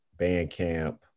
Bandcamp